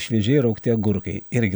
šviežiai raugti agurkai irgi